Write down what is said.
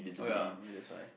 oh ya maybe that's why